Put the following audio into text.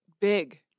big